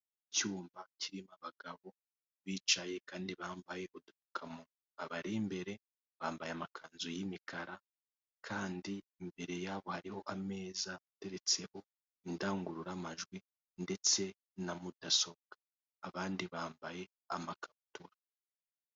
icyumba kirimo abagabo bicaye kandi bambaye udupfukamunwa abari imbere bambaye amakanzu y'imikara kandi imbere yabo hariho ameza ateretseho indangururamajwi ndetse n'amudasobwa abandi bambaye amakabutura.